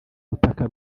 butaka